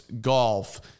Golf